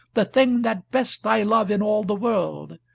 the thing that best i love in all the world?